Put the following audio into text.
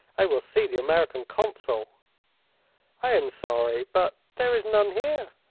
i will see the american consul i am sorry, but there is none here.